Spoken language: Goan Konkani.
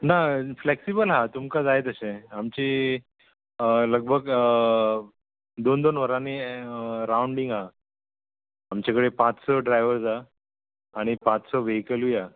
ना फ्लेक्सिबल आहा तुमकां जाय तशें आमची लगभग दोन दोन वरांनी राउंडींग आहा आमचे कडेन पांच स ड्रायव्हर्ज हा आनी पांच स वेहीकलूय आहा